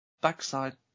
backside